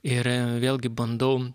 ir vėlgi bandau